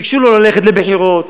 ביקשו שלא ללכת לבחירות.